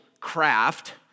craft